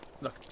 Look